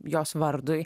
jos vardui